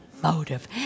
motive